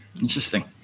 Interesting